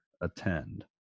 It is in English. attend